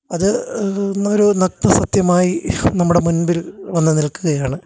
അത് ഇന്നൊരു നഗ്നസത്യമായി നമ്മുടെ മുന്പില് വന്നുനില്ക്കുകയാണ്